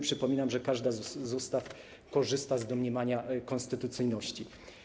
Przypominam, że każda z ustaw korzysta z domniemania konstytucyjności.